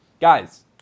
Guys